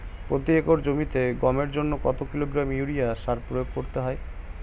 প্রতি একর জমিতে গমের জন্য কত কিলোগ্রাম ইউরিয়া সার প্রয়োগ করতে হয়?